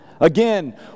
Again